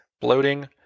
bloating